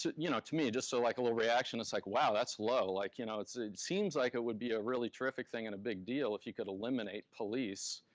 to you know to me, just so like a little reaction, it's like, wow, that's low. like you know it seems like it would be a really terrific thing and a big deal if you could eliminate police